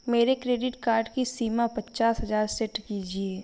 मेरे credit card की सीमा पचास हजार सेट कीजिए